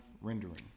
rendering